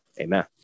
Amen